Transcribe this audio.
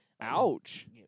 Ouch